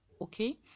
okay